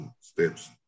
steps